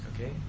Okay